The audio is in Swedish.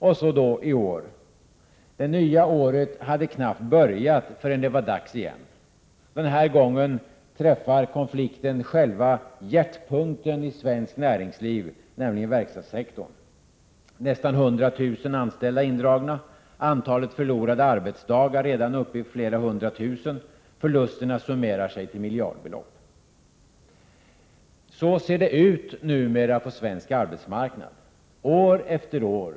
Och så i år: Det nya året hade knappt börjat förrän det var dags igen. Den här gången träffar konflikten själva hjärtpunkten i svenskt näringsliv, nämligen verkstadssektorn. Nästan 100 000 anställda är indragna. Antalet förlorade arbetsdagar är redan uppe i flera hundra tusen. Förlusterna summerar sig till miljardbelopp. Så ser det ut numera på svensk arbetsmarknad. År efter år.